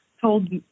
told